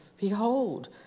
behold